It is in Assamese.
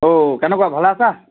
অঁ কেনেকুৱা ভালে আছা